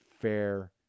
fair